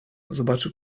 zobaczył